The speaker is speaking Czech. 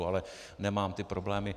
Ale nemám ty problémy.